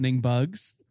bugs